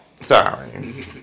sorry